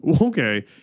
Okay